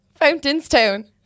Fountainstown